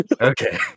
Okay